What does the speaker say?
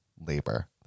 labor